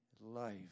life